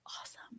awesome